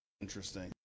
interesting